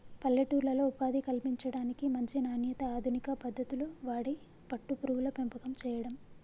పల్లెటూర్లలో ఉపాధి కల్పించడానికి, మంచి నాణ్యత, అధునిక పద్దతులు వాడి పట్టు పురుగుల పెంపకం చేయడం